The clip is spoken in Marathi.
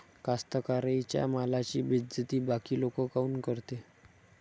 कास्तकाराइच्या मालाची बेइज्जती बाकी लोक काऊन करते?